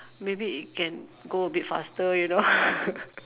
maybe it can go a bit faster you know